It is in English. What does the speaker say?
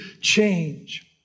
change